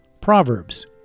Proverbs